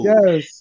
Yes